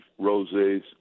rosés